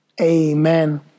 Amen